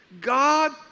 God